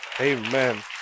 Amen